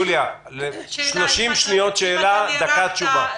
יוליה, 30 שניות שאלה, דקה תשובה.